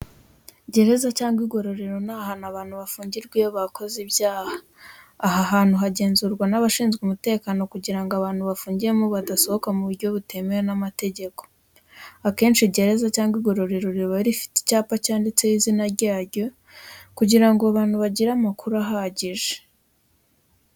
Gereza cyangwa igororero ni ahantu abantu bafungirwa iyo bakoze ibyaha. Aha hantu hagenzurwa n'abashinzwe umutekano kugira ngo abantu bafungiyemo badasohoka mu buryo butemewe n'amategeko. Akenshi gereza cyangwa igororero riba rifite icyapa cyanditseho izina ryaryo, kugira ngo abantu bagire amakuru ahagije.